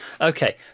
Okay